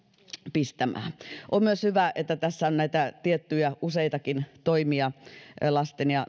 pistämään on myös hyvä että tässä on näitä tiettyjä useitakin toimia lapsiin ja